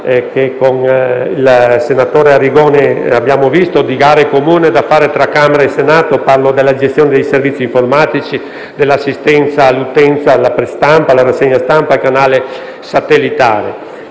che con il senatore Arrigoni abbiamo esaminato, di gare comuni da bandire tra Camera e Senato. Parlo della gestione dei servizi informatici, dell'assistenza all'utenza, della prestampa, della rassegna stampa e del canale satellitare.